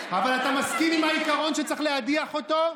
אבל אתה מסכים לעיקרון שצריך להדיח אותו?